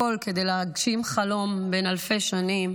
הכול, כדי להגשים חלום בן אלפי שנים,